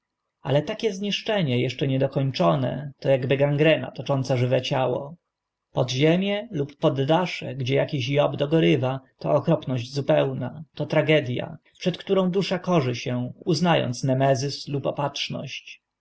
ale takie zniszczenie eszcze nie dokończone to akby gangrena tocząca żywe ciało podziemie lub poddasze gdzie akiś job dogorywa to okropność zupełna to tragedia przed którą dusza korzy się uzna ąc nemezis lub opatrzność